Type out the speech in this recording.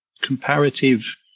comparative